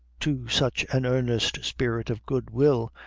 too such an earnest spirit of good will,